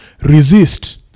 Resist